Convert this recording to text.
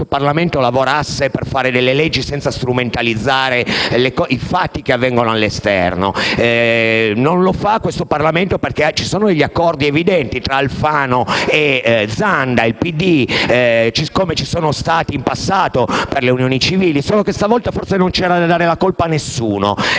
Parlamento lavorasse per fare delle leggi senza strumentalizzare i fatti che avvengono all'esterno. Non lo fa questo Parlamento per gli accordi evidenti tra Alfano, Zanda e il PD, come ci sono stati in passato per le unioni civili. Solo che questa volta forse non c'era da dare la colpa a nessuno